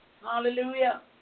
Hallelujah